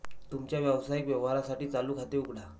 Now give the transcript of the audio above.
तुमच्या व्यावसायिक व्यवहारांसाठी चालू खाते उघडा